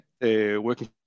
working